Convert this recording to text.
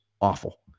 awful